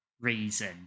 reason